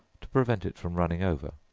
to prevent it from running over,